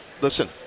Listen